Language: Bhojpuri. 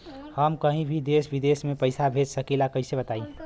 हम कहीं भी देश विदेश में पैसा भेज सकीला कईसे बताई?